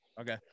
Okay